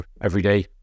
everyday